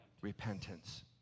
Repentance